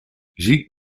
zie